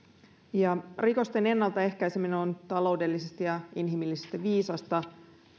rikosten ennaltaehkäiseminen on taloudellisesti ja inhimillisesti viisasta